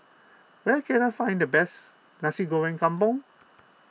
where can I find the best Nasi Goreng Kampung